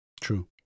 True